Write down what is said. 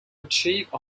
achieve